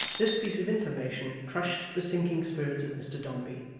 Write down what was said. this piece of information crushed the sinking spirits of mr dombey.